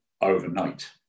overnight